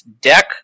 deck